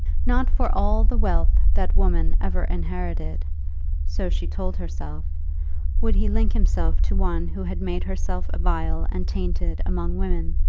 not for all the wealth that woman ever inherited so she told herself would he link himself to one who had made herself vile and tainted among women!